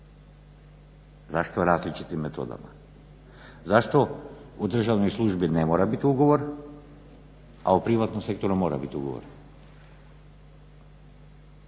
Zašto različitim metodama, zašto u državnoj službi ne mora biti ugovora, a u privatnom sektoru mora biti ugovor?